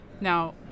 Now